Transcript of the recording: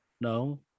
No